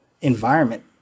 environment